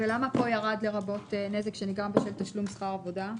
למה פה ירד "לרבות נזק שנגרם בשל תשלום שכר עבודה"?